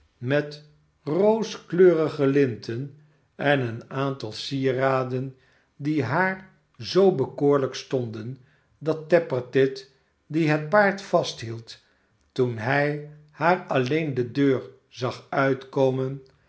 met rooskleurige linten en een aantal sieraden die haar zoo bekoorlijk stonden dat tappertit die het paard vasthield toen hij haar alleen de deur zag uitkomen